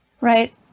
right